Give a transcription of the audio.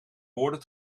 woorden